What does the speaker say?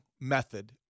method